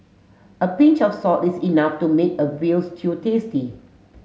a pinch of salt is enough to make a veal stew tasty